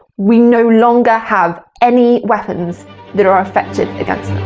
we no longer have any weapons that are effective against